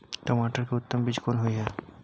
टमाटर के उत्तम बीज कोन होय है?